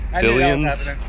billions